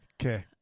Okay